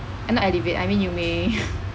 uh not elevate I mean you may